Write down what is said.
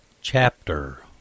chapter